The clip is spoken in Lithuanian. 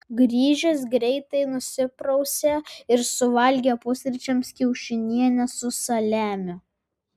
grįžęs greitai nusiprausė ir suvalgė pusryčiams kiaušinienę su saliamiu